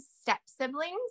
step-siblings